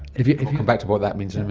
yeah come back to what that means in